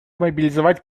мобилизовать